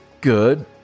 good